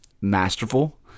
masterful